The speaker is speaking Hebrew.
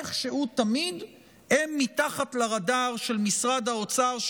איכשהו הם תמיד מתחת לרדאר של משרד האוצר,